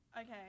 Okay